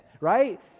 right